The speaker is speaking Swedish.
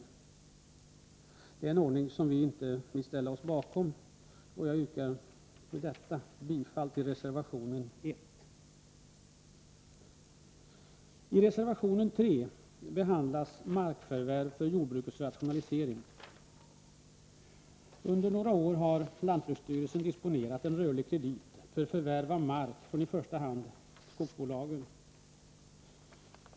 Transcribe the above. Det är en ordning som vi inte vill ställa oss bakom. Jag yrkar med detta bifall till reservation 1. I reservation 3 behandlas markförvärv för jordbrukets rationalisering. Under några år har lantbruksstyrelsen disponerat en rörlig kredit för förvärv av mark från i första hand skogsbolagen.